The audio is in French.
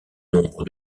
nombre